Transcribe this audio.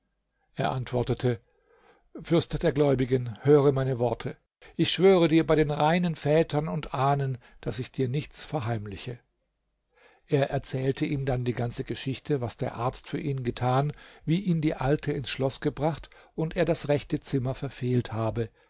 er antwortete fürst der gläubigen höre meine worte ich schwöre dir bei den reinen vätern und ahnen daß ich dir nichts verheimliche er erzählte ihm dann die ganze geschichte was der arzt für ihn getan wie ihn die alte ins schloß gebracht und er das rechte zimmer verfehlt habe